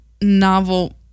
novel